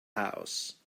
house